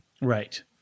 Right